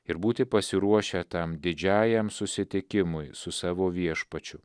ir būti pasiruošę tam didžiajam susitikimui su savo viešpačiu